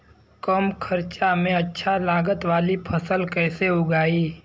कम खर्चा में अच्छा लागत वाली फसल कैसे उगाई?